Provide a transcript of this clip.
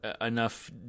enough